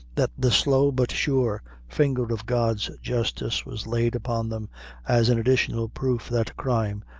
that the slow but sure finger of god's justice was laid upon them as an additional proof that crime,